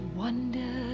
wonder